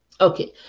okay